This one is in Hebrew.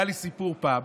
היה איזה סיפור פעם